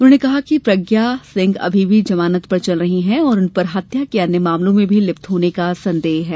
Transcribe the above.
उन्होंने कहा कि प्रज्ञा सिंह अभी भी जमानत पर चल रही हैं और उन पर हत्या के अन्य मामलों में भी लिप्त होने का संदेह है